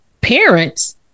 parents